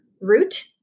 root